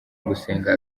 gusenga